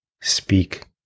speak